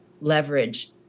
leverage